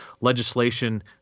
legislation